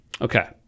Okay